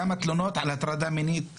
כמה תלונות על הטרדה מינית יש?